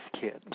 kids